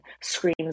screams